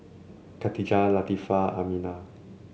Katijah Latifa Aminah